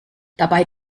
dabei